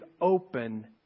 open